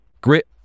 Grit